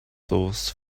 sauce